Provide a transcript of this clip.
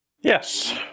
Yes